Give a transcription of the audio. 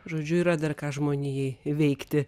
žodžiu yra dar ką žmonijai veikti